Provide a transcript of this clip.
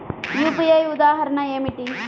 UPI ఉదాహరణ ఏమిటి?